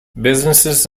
businesses